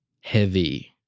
heavy